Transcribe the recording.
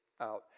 out